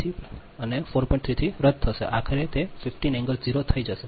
33 રદ થશે આખરે તે 150 થઈ જશે